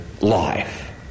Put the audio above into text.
Life